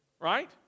right